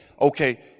okay